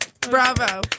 Bravo